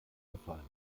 gefallen